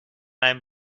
einem